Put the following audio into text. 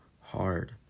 hard